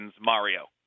Mario